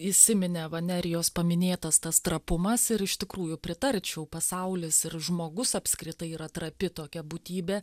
įsiminė va nerijos paminėtas tas trapumas ir iš tikrųjų pritarčiau pasaulis ir žmogus apskritai yra trapi tokia būtybė